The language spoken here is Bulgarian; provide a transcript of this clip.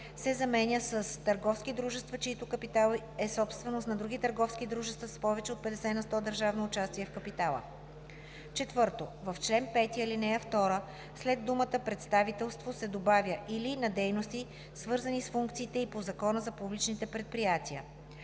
се заменят с „търговски дружества, чийто капитал е собственост на други търговски дружества с повече от 50 на сто държавно участие в капитала“. 4. В чл. 5, ал, 2, след думата „представителство“ се добавя „или на дейности, свързани с функциите ѝ по Закона за публичните предприятия“.